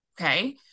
Okay